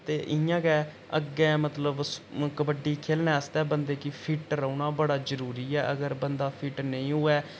ते इ'यां गै अग्गै मतलब कबड्डी खेलने आस्तै बन्दे गी फिट रौह्ना बड़ा जरुरी ऐ अगर बंदा फिट नेईं होऐ